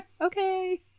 Okay